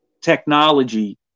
technology